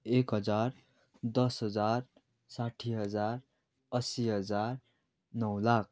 एक हजार दस हजार साठी हजार असी हजार नौ लाख